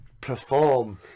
perform